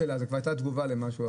זאת הייתה תגובה למשהו אחר.